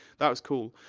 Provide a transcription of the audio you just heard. that was cool.